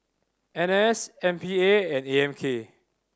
N S M P A and A M K